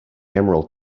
emerald